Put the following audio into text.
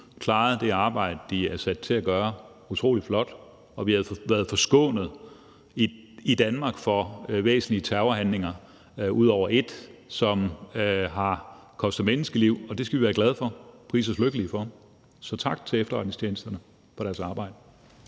klaret det arbejde, de er sat til at gøre, utrolig flot, og vi har i Danmark været forskånet for væsentlige terrorhandlinger ud over én, som har kostet menneskeliv, og det skal vi være glade for, prise os lykkelige for. Så tak til efterretningstjenesterne for deres arbejde.